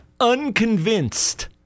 unconvinced